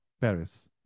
Paris